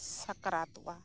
ᱥᱟᱠᱨᱟᱛᱚᱜᱼᱟ